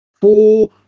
Four